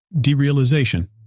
derealization